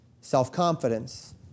self-confidence